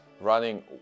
running